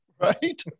right